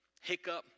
hiccup